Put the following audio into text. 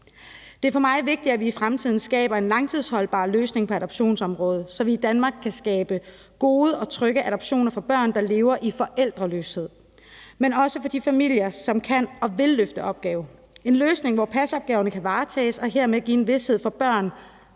Det er for mig vigtigt, at vi i fremtiden skaber en langtidsholdbar løsning på adoptionsområdet, så vi i Danmark kan skabe gode og trygge adoptioner for børn, der lever i forældreløshed, men også for de familier, som kan og vil løfte opgaven. Det skal være en løsning, hvor passeopgaverne kan varetages og dermed give en vished for børn,